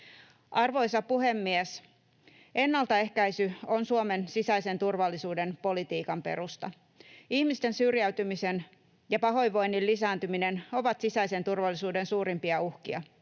Arvoisa puhemies! Ennaltaehkäisy on Suomen sisäisen turvallisuuden politiikan perusta. Ihmisten syrjäytymisen ja pahoinvoinnin lisääntyminen ovat sisäisen turvallisuuden suurimpia uhkia.